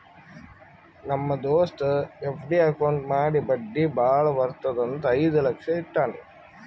ನಮ್ ದೋಸ್ತ FD account ಮಾಡಿ ಬಡ್ಡಿ ಭಾಳ ಬರ್ತುದ್ ಅಂತ್ ಐಯ್ದ ಲಕ್ಷ ಇಟ್ಟಾನ್